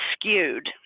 skewed